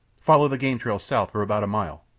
follow the game trail south for about a mile.